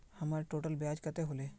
हमर टोटल ब्याज कते होले?